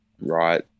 right